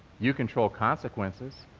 you control consequences,